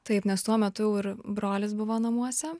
taip nes tuo metu jau ir brolis buvo namuose